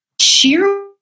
sheer